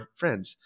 friends